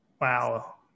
Wow